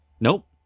Nope